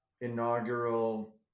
inaugural